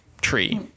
tree